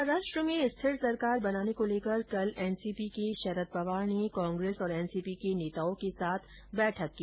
महाराष्ट्र में स्थिर सरकार बनाने को लेकर कल एनसीपी के शरद पंवार ने कांग्रेस और एनसीपी के नेताओं के साथ बैठक की